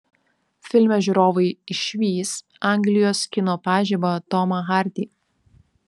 filme žiūrovai išvys anglijos kino pažibą tomą hardy